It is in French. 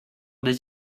des